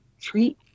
treat